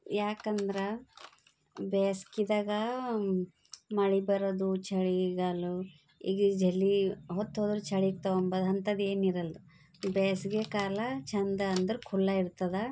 ಯಾಕಂದ್ರೆ ಬೇಸ್ಗೆದಾಗ ಮಳೆ ಬರೋದು ಚಳಿಗಾಲ ಹೀಗೆ ಜಲಿ ಅವತ್ಹೊದ್ರು ಚಳಿ ಇತ್ತವಂಬದು ಅಂತದೇನಿರಲ್ಲ ಬೇಸಿಗೆ ಕಾಲ ಚಂದ ಅಂದ್ರೆ ಖುಲ್ಲಾ ಇರ್ತದ